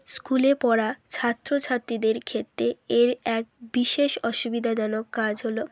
স্কুলে পড়া ছাত্র ছাত্রীদের ক্ষেত্রে এর এক বিশেষ অসুবিধাজনক কাজ হলো